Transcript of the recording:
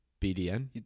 BDN